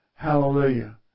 Hallelujah